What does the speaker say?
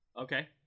Okay